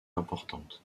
importantes